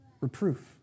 reproof